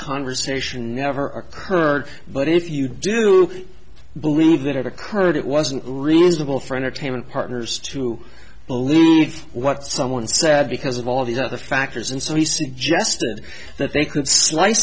conversation never occurred but if you do believe that it occurred it wasn't reasonable for entertainment partners to believe what someone said because of all the other factors and so he suggested that they c